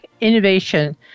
innovation